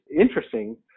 interesting